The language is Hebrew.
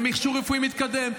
במכשור רפואי מתקדם,